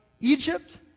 Egypt